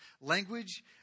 language